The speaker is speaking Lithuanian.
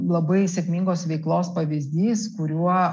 labai sėkmingos veiklos pavyzdys kuriuo